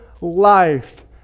life